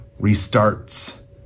restarts